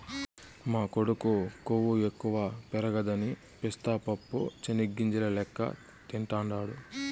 మా కొడుకు కొవ్వు ఎక్కువ పెరగదని పిస్తా పప్పు చెనిగ్గింజల లెక్క తింటాండాడు